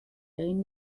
egin